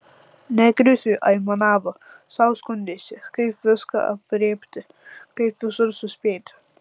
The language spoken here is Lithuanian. ne krisiui aimanavo sau skundėsi kaip viską aprėpti kaip visur suspėti